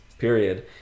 Period